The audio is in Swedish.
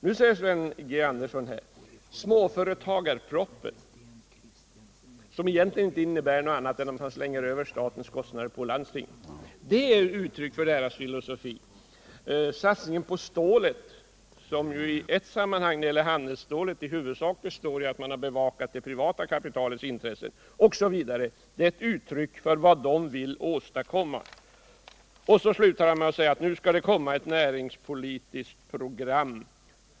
Nu säger Sven G. Andersson att småföretagarpropositionen, som egentligen inte innebär något annat än att man slänger över statens kostnader på landstingen. är uttryck för deras filosofi. Satsningen på stålet är också ett uttryck för vad de vill åstadkomma, men i ett avseende, när det gäller handelsstålet, har ju den i huvudsak bestått i att man bevakat det privata kapitalets intressen. Sven G. Andersson slutar med att säga att nu skall det komma ett Näringspolitiken Näringspolitiken näringspoliliskt program.